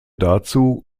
dazu